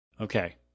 Okay